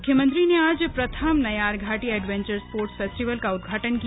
मुख्यमंत्री ने आज प्रथम नयारघाटी एडवेंचर स्पोर्ट्स फेस्टिवल का उद्घाटन किया